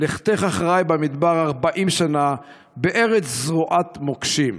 לכתך אחריי במדבר 40 שנה בארץ זרועת מוקשים".